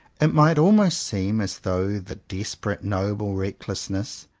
it might almost seem as though the desperate, noble reck lessness,